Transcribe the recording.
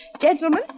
Gentlemen